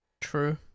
True